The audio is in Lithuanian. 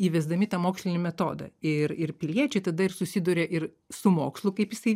įvesdami tą mokslinį metodą ir ir piliečiai tada ir susiduria ir su mokslu kaip jisai